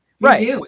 Right